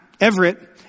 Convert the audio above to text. Everett